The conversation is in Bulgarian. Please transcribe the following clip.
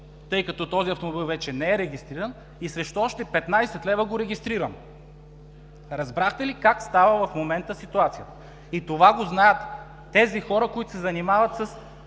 тъй като този автомобил вече не е регистриран, и срещу още петнадесет лева го регистрирам. Разбрахте ли как става в момента ситуацията? И това го знаят тези хора, които се занимават с